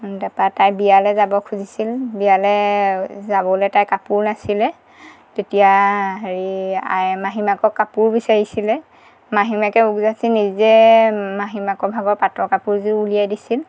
তাপা তাই বিয়ালৈ যাব খুজিছিল বিয়ালৈ যাবলৈ তাইৰ কাপোৰ নাছিলে তেতিয়া হেৰি আই মাহীমাকক কাপোৰ বিচাৰিছিলে মাহীমাকে উপযাচি নিজে মাহীমাকৰ ভাগৰ পাটৰ কাপোৰযোৰ উলিয়াই দিছিল